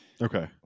Okay